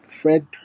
Fred